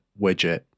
widget